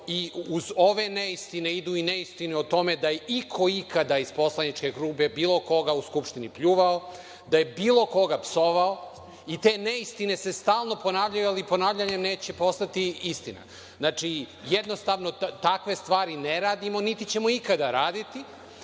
i uz ove neistine idu i neistine o tome da je iko ikada iz poslaničke grupe bilo koga u Skupštini pljuvao, da je bilo koga psovao i te neistine se stalno ponavljaju, ali ponavljanjem neće postati istina. Jednostavno, takve stvari ne radimo, niti ćemo ikada raditi.